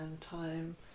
time